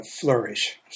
flourish